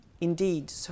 indeed